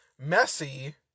messy